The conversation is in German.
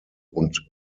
und